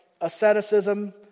asceticism